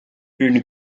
une